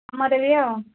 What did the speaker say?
ଆମର ବି ଆଉ